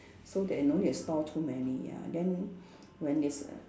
so that no need to store too many ya then when it's err